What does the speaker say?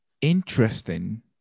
interesting